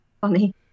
Funny